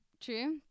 True